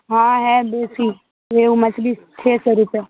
ہاں ہے دیسی ریہو مچھلی چھ سو روپے